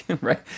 right